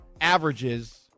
averages